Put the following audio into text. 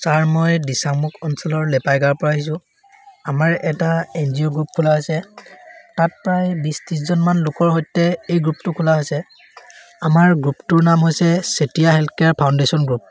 sir মই দিচাংমুখ অঞ্চলৰ লেপাইগাঁৱৰপৰা আহিছোঁ আমাৰ এটা এন জি অ' গ্ৰুপ খোলা হৈছে তাত প্ৰায় বিছ ত্ৰিছজনমান লোকৰ সৈতে এই গ্ৰুপটো খোলা হৈছে আমাৰ গ্ৰুপটোৰ নাম হৈছে Chetia health care foundation group